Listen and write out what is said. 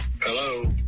Hello